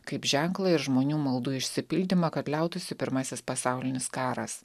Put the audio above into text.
kaip ženklą ir žmonių maldų išsipildymą kad liautųsi pirmasis pasaulinis karas